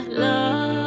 love